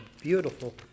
beautiful